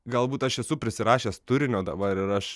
galbūt aš esu prisirašęs turinio dabar ir aš